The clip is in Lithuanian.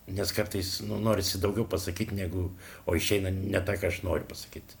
nes kartais nu norisi daugiau pasakyt negu o išeina ne ta ką aš noriu pasakyt